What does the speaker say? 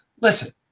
listen